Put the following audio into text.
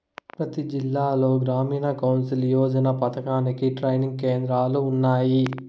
ప్రతి జిల్లాలో గ్రామీణ్ కౌసల్ యోజన పథకానికి ట్రైనింగ్ కేంద్రాలు ఉన్నాయి